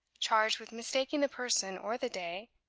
charged with mistaking the person or the day,